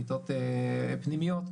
מיטות פנימיות,